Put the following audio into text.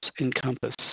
Encompass